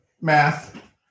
math